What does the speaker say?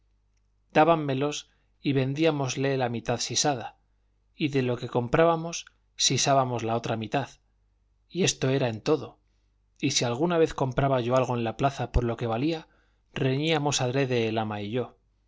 pablicos dábanmelos y vendíamosles la mitad sisada y de lo que comprábamos sisábamos la otra mitad y esto era en todo y si alguna vez compraba yo algo en la plaza por lo que valía reñíamos adrede el